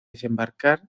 desembarcar